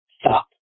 Stop